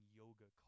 yoga